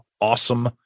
Awesome